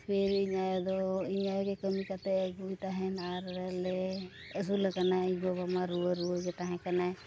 ᱯᱷᱤᱨ ᱤᱧ ᱟᱭᱳ ᱫᱚ ᱤᱧ ᱟᱭᱳᱜᱮ ᱠᱟᱹᱢᱤ ᱠᱟᱛᱮᱭ ᱟᱹᱜᱩᱭ ᱛᱟᱦᱮᱱ ᱟᱨᱞᱮ ᱟᱹᱥᱩᱞ ᱠᱟᱱᱟ ᱤᱧ ᱵᱟᱵᱟ ᱢᱟ ᱨᱩᱣᱟᱹ ᱨᱩᱣᱟᱹᱜᱮ ᱛᱟᱦᱮᱸ ᱠᱟᱱᱟᱭ